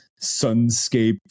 sunscape